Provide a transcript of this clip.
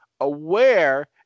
aware